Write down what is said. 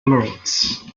emeralds